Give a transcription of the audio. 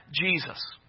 Jesus